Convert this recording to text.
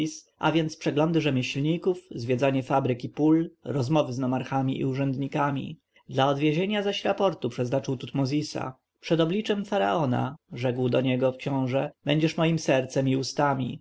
a więc przeglądy rzemieślników zwiedzanie fabryk i pól rozmowy z nomarchami i urzędnikami do odwiezienia zaś raportu przeznaczył tutmozisa przed obliczem faraona rzekł do niego książę będziesz mojem sercem i ustami